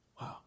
Wow